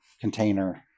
container